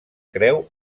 creu